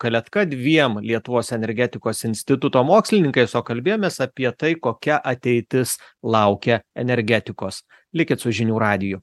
kaletka dviem lietuvos energetikos instituto mokslininkais o kalbėjomės apie tai kokia ateitis laukia energetikos likit su žinių radiju